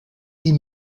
die